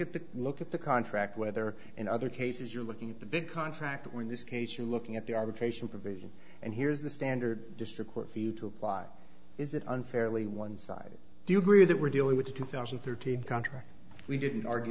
the look at the contract whether in other cases you're looking at the big contract when this case you're looking at the arbitration provision and here's the standard district court for you to apply is it unfairly one sided do you agree that we're dealing with a confession thirteen contract we didn't argue